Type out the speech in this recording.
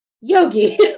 yogi